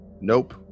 Nope